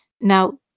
Now